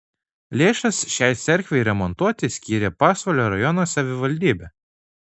lėšas šiai cerkvei remontuoti skyrė pasvalio rajono savivaldybė